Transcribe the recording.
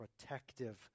protective